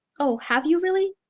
oh, have you really?